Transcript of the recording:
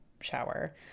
shower